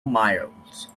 miles